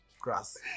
grass